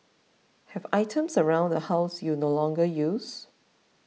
have items around the house you no longer use